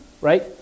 right